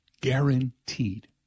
Guaranteed